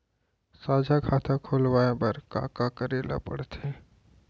साझा खाता खोलवाये बर का का करे ल पढ़थे?